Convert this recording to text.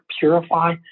purify